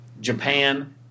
Japan